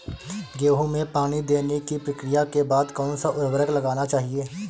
गेहूँ में पानी देने की प्रक्रिया के बाद कौन सा उर्वरक लगाना चाहिए?